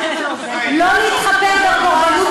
לא להתחפר בקורבנות